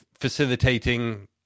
facilitating